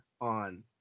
on